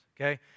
Okay